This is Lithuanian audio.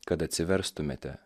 kad atsiverstumėte